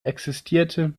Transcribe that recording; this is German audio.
existierte